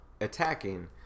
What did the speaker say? attacking